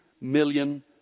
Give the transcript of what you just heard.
million